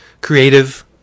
creative